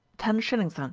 ten shillings, then,